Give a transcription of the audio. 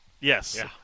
Yes